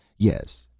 yes,